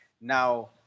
Now